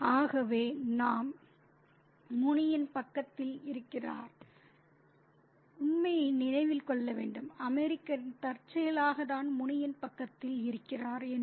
ஆகவே நாம் உண்மையை நினைவில் கொள்ள வேண்டும் அமெரிக்கன்தற்செயலாக தான் முனியின் பக்கத்தில் இருக்கிறார் என்று